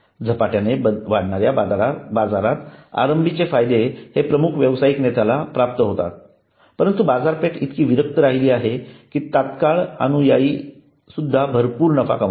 झपाट्याने वाढणाऱ्या बाजारात आरंभीचे फायदे हे प्रमुख व्यवसायिक नेत्याला प्राप्त होतात परंतु बाजारपेठ इतकी विरक्त राहिली आहे की तत्काळ अनुयायी सुद्धा भरपूर नफा कमावतात